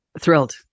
Thrilled